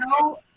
no